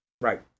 Right